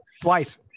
Twice